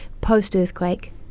post-earthquake